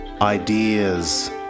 ideas